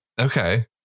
Okay